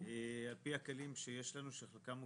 ורק על זה חשבנו.